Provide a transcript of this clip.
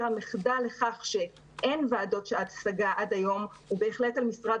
המחדל לכך שאין ועדות השגה עד היום הוא בהחלט על משרד